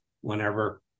whenever